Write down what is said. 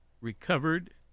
recovered